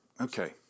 Okay